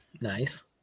Nice